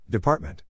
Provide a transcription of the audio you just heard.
Department